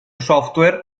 software